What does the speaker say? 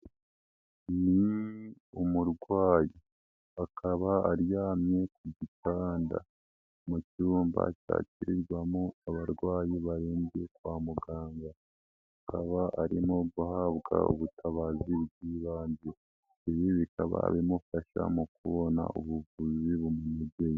Uyu ni umurwayi, akaba aryamye ku gitanda, mu cyumba cyakirirwamo abarwayi barindiriye kwa muganga. Akaba arimo guhabwa ubutabazi bw'ibanze. Ibi bikaba bimufasha mu kubona ubuvuzi bukwiriye.